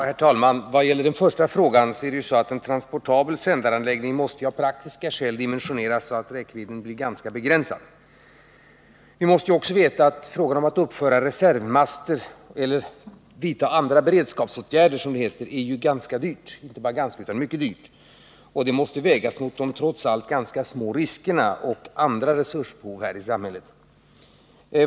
Herr talman! Vad gäller den första frågan måste en transportabel sändaranläggning av praktiska skäl dimensioneras så att räckvidden blir ganska begränsad. Vi måste också veta att det är mycket dyrt att uppföra reservmaster eller vidta andra, som det heter, beredskapsåtgärder. Och det skall vägas mot de trots allt små riskerna och mot andra resursbehov i samhället.